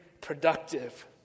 productive